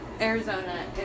Arizona